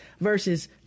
versus